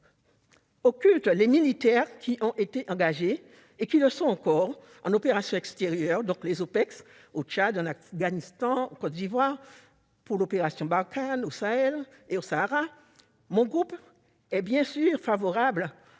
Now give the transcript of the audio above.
occultent les militaires qui ont été engagés et qui le sont encore en opérations extérieures (OPEX), au Tchad, en Afghanistan, en Côte d'Ivoire, dans l'opération Barkhane au Sahel et au Sahara, etc. Mon groupe est bien sûr favorable